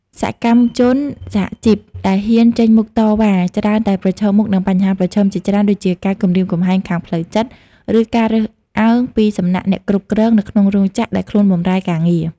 សកម្មជនសហជីពដែលហ៊ានចេញមុខតវ៉ា ច្រើនតែប្រឈមមុខនឹងបញ្ហាប្រឈមជាច្រើនដូចជា ការគំរាមកំហែងខាងផ្លូវចិត្ត ឬការរើសអើងពីសំណាក់អ្នកគ្រប់គ្រងនៅក្នុងរោងចក្រដែលខ្លួនបម្រើការងារ។